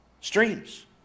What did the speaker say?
streams